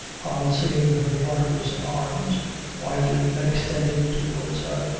on seeing her daughter's arms widely extended towards her,